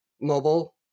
mobile